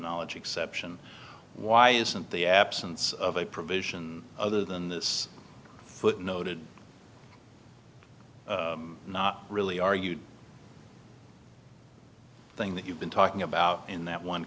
knowledge exception why isn't the absence of a provision other than this footnoted not really argued thing that you've been talking about in that one